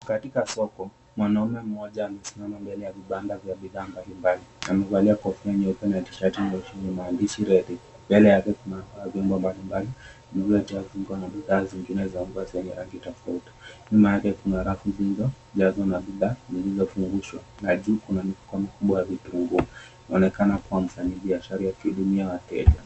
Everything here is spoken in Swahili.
Katika soko mwanaume mmoja amesimama mbele ya vibanda vya aina mbali mbali amevalia kofia nyeupe na tishati ya rangi nyeusi yenye maandishi, "Ready," mbele yake kuna bidhaa zingine za unga aina mbali mbali zenye rangi tofauti kuna mfuko mkubwa wa vitunguu anaonekana ni mfanyabiashara akihudumia wateja.